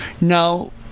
Now